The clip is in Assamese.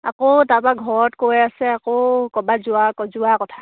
আকৌ তাৰপৰা ঘৰত কৈ আছে আকৌ ক'ৰবাত যোৱা যোৱা কথা